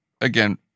again